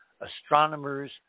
astronomers